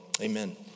Amen